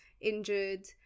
injured